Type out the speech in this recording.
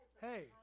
Hey